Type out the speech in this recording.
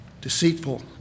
deceitful